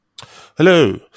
Hello